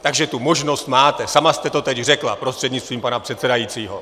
Takže tu možnost máte, sama jste to teď řekla, prostřednictvím pana předsedajícího.